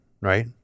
right